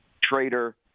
trader